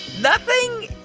nothing?